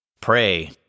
Pray